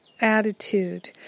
attitude